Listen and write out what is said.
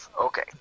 Okay